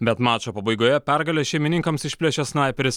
bet mačo pabaigoje pergalę šeimininkams išplėšė snaiperis